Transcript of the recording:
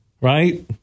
right